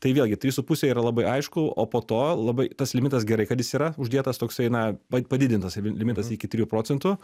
tai vėlgi trys su puse yra labai aišku o po to labai tas limitas gerai kad jis yra uždėtas toksai na pa padidintas limitas iki trijų procentų